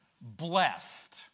blessed